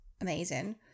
amazing